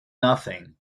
nothing